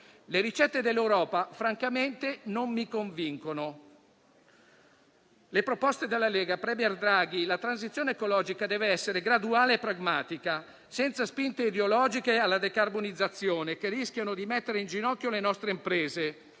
Le ricette dell'Europa francamente non mi convincono. Presidente Draghi, secondo la Lega la transizione ecologica deve essere graduale e pragmatica, senza spinte ideologiche alla decarbonizzazione che rischiano di mettere in ginocchio le nostre imprese.